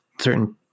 certain